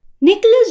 Nicholas